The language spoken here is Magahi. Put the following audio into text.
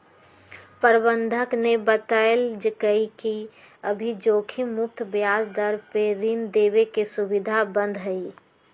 प्रबंधक ने बतल कई कि अभी जोखिम मुक्त ब्याज दर पर ऋण देवे के सुविधा बंद हई